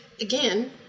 again